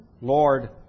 Lord